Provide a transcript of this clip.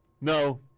No